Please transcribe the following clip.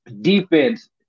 defense